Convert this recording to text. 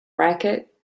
racket